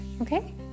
okay